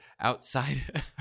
outside